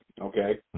okay